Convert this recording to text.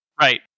Right